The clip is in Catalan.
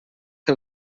que